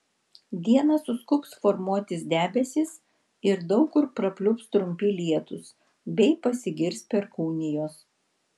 dieną suskubs formuotis debesys ir daug kur prapliups trumpi lietūs bei pasigirs perkūnijos